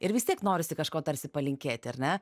ir vis tiek norisi kažko tarsi palinkėti ar ne